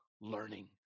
learning